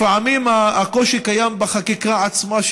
לפעמים הקושי קיים בחקיקה עצמה,